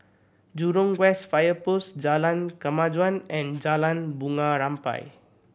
Jurong West Fire Post Jalan Kemajuan and Jalan Bunga Rampai